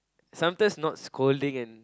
sometimes not scolding and